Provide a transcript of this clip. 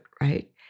right